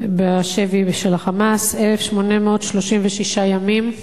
בשבי ה"חמאס": 1,836 ימים,